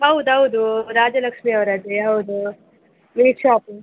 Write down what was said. ಹೌದೌದು ರಾಜಲಕ್ಷ್ಮೀ ಅವರದ್ದೇ ಹೌದು ಮೀಟ್ ಶಾಪ್